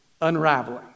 unraveling